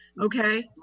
okay